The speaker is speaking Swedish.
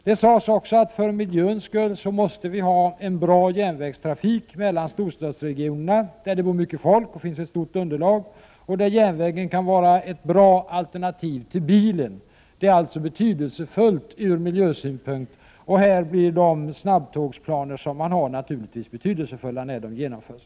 Det sades också att det för miljöns skull måste finnas en bra järnvägstrafik mellan storstadsregionerna, där det bor mycket folk och finns ett stort underlag och där järnvägen kan vara ett bra alternativ till bilen. Detta är alltså viktigt ur miljösynpunkt. Här blir naturligtvis snabbtågsplanerna betydelsefulla när de genomförs.